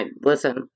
Listen